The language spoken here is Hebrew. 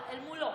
אבל אל מולו.